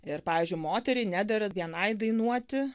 ir pavyzdžiui moteriai nedera vienai dainuoti